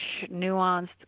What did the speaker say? nuanced